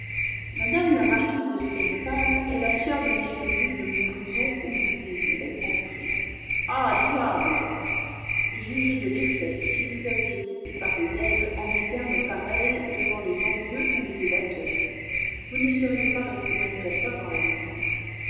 mme la marquise de senneval est la soeur de m le duc de montbrison où vous désirez entrer ah diable jugez de l'effet si vous aviez été parler d'elle en des termes pareils devant les envieux ou des délateurs vous ne seriez pas resté vingt-quatre heures dans la maison